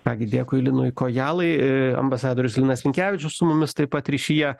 ką gi dėkui linui kojalai ambasadorius linas linkevičius su mumis taip pat ryšyje